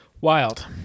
Wild